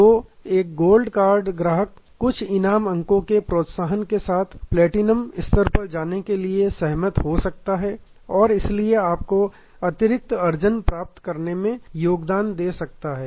तो एक gold credit card ग्राहक कुछ इनाम अंकों के प्रोत्साहन के साथ प्लेटिनम स्तर पर जाने के लिए सहमत हो सकता है और इसलिए आपको अतिरिक्त अर्जन प्राप्त करने में योगदान दे सकता है